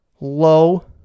low